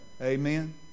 Amen